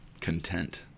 content